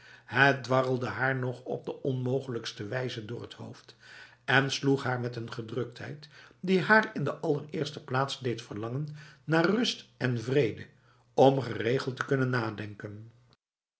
het dwarrelde haar nog op de onmogelijkste wijze door het hoofd en sloeg haar met een gedruktheid die haar in de allereerste plaats deed verlangen naar rust en vrede om geregeld te kunnen nadenken